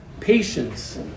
Patience